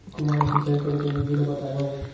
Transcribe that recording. कुआं ले सिंचाई करे के विधि ला बतावव?